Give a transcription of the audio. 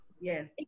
yes